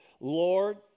Lord